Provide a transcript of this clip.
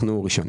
חלוצים.